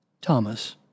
Thomas